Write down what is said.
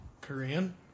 Korean